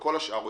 וכל השאר,